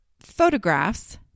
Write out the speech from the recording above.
photographs